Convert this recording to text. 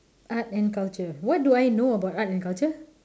art and culture what do I know about art and culture